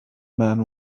man